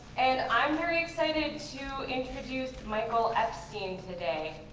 and i'm very excited to introduce michael epstein today.